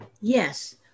Yes